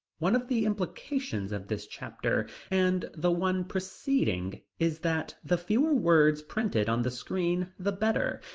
one of the implications of this chapter and the one preceding is that the fewer words printed on the screen the better,